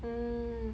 mm